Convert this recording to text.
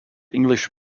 english